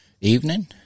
Evening